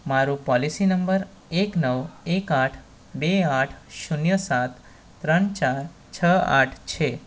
મારો પૉલિસી નંબર એક નવ એક આઠ બે આઠ શૂન્ય સાત ત્રણ ચાર છ આઠ છે